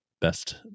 best